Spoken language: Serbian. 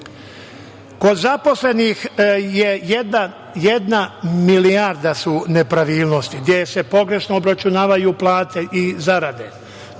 Kod zaposlenih je jedna milijarda su nepravilnosti, gde se pogrešno obračunavaju plate i zarade,